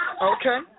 okay